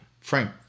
Frank